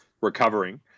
recovering